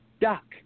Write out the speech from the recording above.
duck